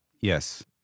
Yes